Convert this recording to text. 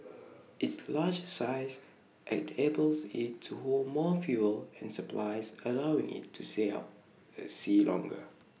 its larger size enables IT to hold more fuel and supplies allowing IT to stay out at sea longer